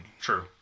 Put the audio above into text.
True